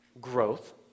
growth